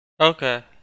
Okay